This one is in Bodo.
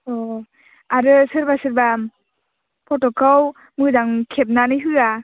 अ आरो सोरबा सोरबा फट'खौ मोजां खेबनानै होआ